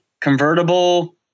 convertible